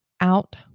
Out